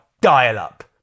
dial-up